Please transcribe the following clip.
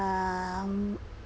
um